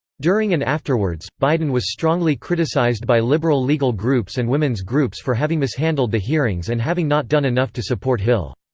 during and afterwards, biden was strongly criticized by liberal legal groups and women's groups for having mishandled the hearings and having not done enough to support hill.